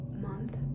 month